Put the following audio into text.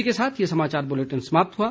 इसी के साथ ये समाचार बुलेटिन समाप्त हुआ